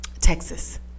texas